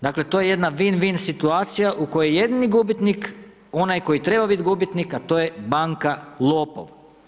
Dakle, to je jedna vin vin situacija u kojoj je jedini gubitnik onaj koji treba biti gubitnik, a to je banka lopov.